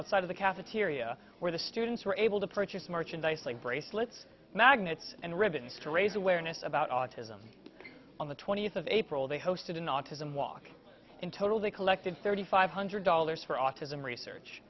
outside of the cafeteria where the students were able to purchase merchandise like bracelets magnets and ribbons to raise awareness about autism on the twentieth of april they hosted an autism walk in total they collected thirty five hundred dollars for autism research